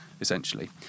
essentially